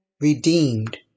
redeemed